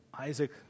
Isaac